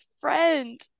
friend